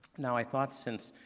now i thought since